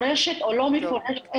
קטועה.